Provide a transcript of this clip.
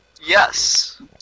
Yes